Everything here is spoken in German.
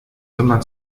immer